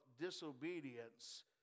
disobedience